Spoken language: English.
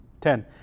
Ten